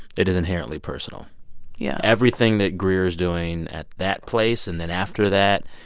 it is inherently personal yeah everything that greer is doing at that place and then after that,